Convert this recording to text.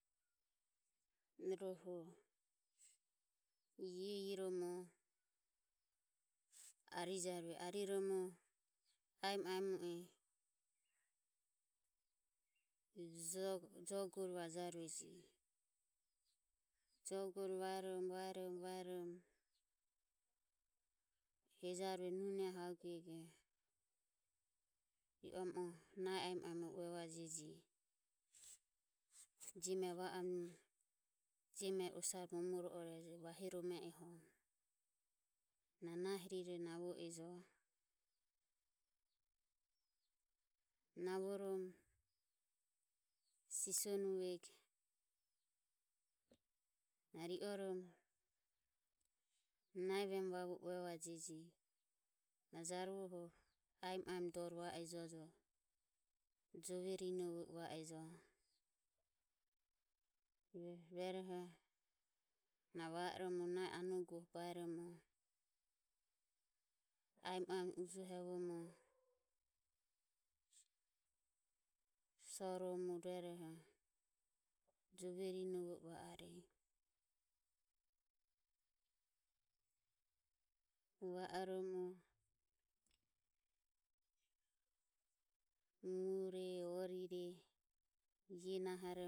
Rohu ie irom arijarueje, ariromo aemo aemo e jogore vaerovarueje. Jogore vaerom vaerom vaerom hejarue nunohaguego ri oromo nahi aemo aemoho uevajeje. Jeme vaom jemehi osare momoro orejo vahirome ehojo na nahirire niavo ejo. Niavorom sisonuvego na ri orom nahi vemu vavu e uevajeje na jaruvoho aemo aemo dore va ejojo jove rinovo i va ejo rueroho na va orom nahi anuge baeromo aemo aemo ujuohevorom soromo rueroho jove rinovo i va areje. Va orom mure orire ie nahoromova va arueje jovore